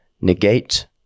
negate